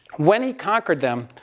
when he conquered them,